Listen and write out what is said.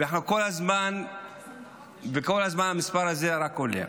וכל הזמן המספר הזה רק עולה.